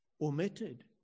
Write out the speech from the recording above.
omitted